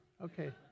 Okay